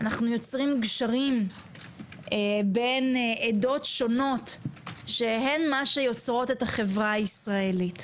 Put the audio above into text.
אנחנו יוצרים גשרים בין עדות שונות ,שהן שיוצרות את החברה הישראלית.